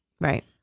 Right